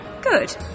Good